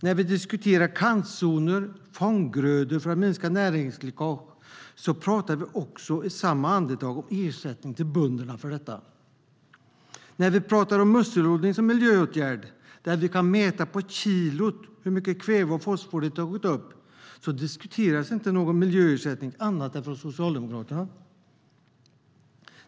När vi diskuterar kantzoner och fånggrödor för att minska näringsläckage talar vi också i samma andetag om ersättning till bönderna för detta. När vi pratar om musselodling som miljöåtgärd, där vi kan mäta på kilot hur mycket kväve och fosfor som tagits upp, diskuteras dock inte miljöersättning av andra än Socialdemokraterna.